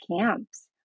camps